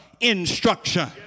instruction